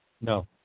No